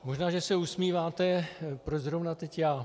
Možná že se usmíváte, proč zrovna teď já.